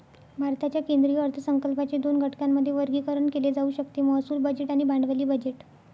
भारताच्या केंद्रीय अर्थसंकल्पाचे दोन घटकांमध्ये वर्गीकरण केले जाऊ शकते महसूल बजेट आणि भांडवली बजेट